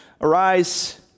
Arise